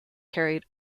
carried